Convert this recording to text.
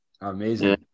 Amazing